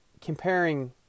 comparing